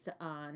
on